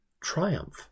triumph